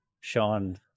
Sean